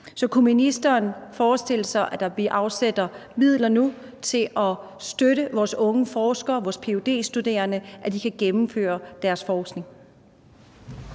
Så kunne ministeren forestille sig, at vi afsætter midler nu til at støtte vores unge forskere, vores ph.d.-studerende, så de kan gennemføre deres forskning?